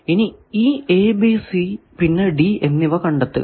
ഇനി ഈ A B C പിന്നെ D എന്നിവ കണ്ടെത്തുക